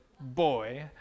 boy